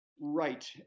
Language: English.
Right